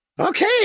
Okay